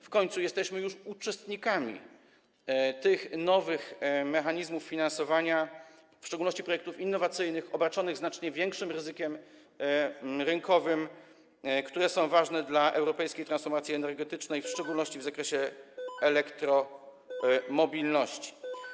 W końcu jesteśmy już uczestnikami tych nowych mechanizmów finansowania, w szczególności projektów innowacyjnych, obarczonych znacznie większym ryzykiem rynkowym, które są ważne dla europejskiej transformacji energetycznej, w szczególności w zakresie elektromobilności.